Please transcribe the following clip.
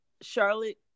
Charlotte